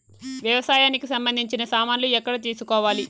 వ్యవసాయానికి సంబంధించిన సామాన్లు ఎక్కడ తీసుకోవాలి?